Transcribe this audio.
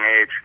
age